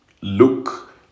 look